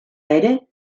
ere